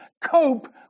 cope